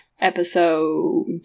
episode